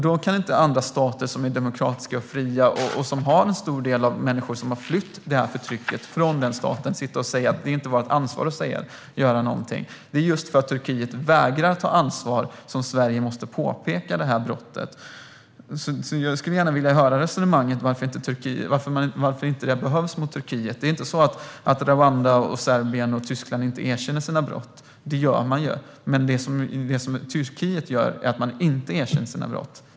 Då kan inte andra stater, som är demokratiska och fria och som har en stor del människor som har flytt från förtrycket i denna stat, sitta och säga att de inte hade ett ansvar att göra någonting. Det är just för att Turkiet vägrar att ta ansvar som Sverige måste påpeka detta brott. Jag skulle därför gärna vilja höra ett resonemang om varför detta inte behövs mot Turkiet. Det är inte så att Rwanda, Serbien och Tyskland inte erkänner sina brott. Det gör de. Men Turkiet erkänner inte sina brott.